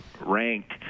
ranked